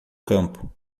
campo